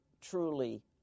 truly